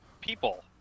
people